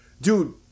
dude